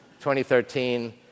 2013